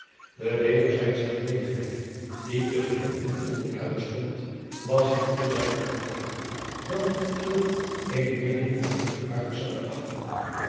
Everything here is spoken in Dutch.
de wederzijdsche genegenheid die tusschen hem en ulrica bestond was hem te duidelijk gebleken dan dat hij zulk eenen medeminnaar niet gevaarlijk zoude achten